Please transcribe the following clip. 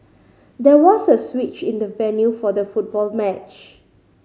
there was a switch in the venue for the football match